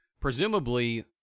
presumably